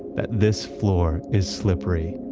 that this floor is slippery.